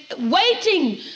waiting